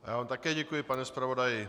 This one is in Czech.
Já vám také děkuji, pane zpravodaji.